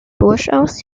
durchaus